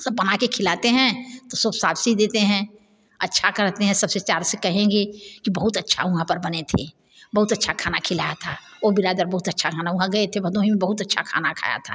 सब बना के खिलाते हैं तो सब शाबाशी देते हैं अच्छा करते हैं सब से चार से कहेंगे कि बहुत अच्छा वहाँ पर बना था बहुत अच्छा खाना खिलाया था वो बिरादर बहुत अच्छा खाना वहाँ गए थे भदोही में बहुत अच्छा खाना खाया था